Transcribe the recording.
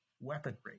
weaponry